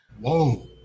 Whoa